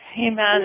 Amen